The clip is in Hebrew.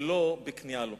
ולא בכניעה לו.